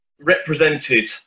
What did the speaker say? represented